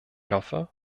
hoffe